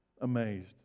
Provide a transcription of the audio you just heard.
Amazed